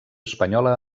espanyola